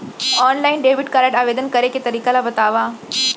Online debit card आवेदन करे के तरीका ल बतावव?